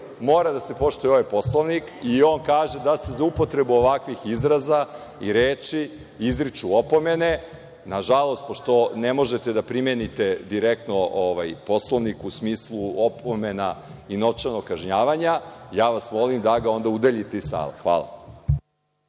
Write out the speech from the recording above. mora da se poštuje ovaj Poslovnik i on kaže da se za upotrebu ovakvih izraza i reči izriču opomene. Nažalost, pošto ne možete da primenite direktno ovaj Poslovnik u smislu opomena i novčanog kažnjavanja, ja vas molim da ga onda udaljite iz sale. Hvala.